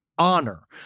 honor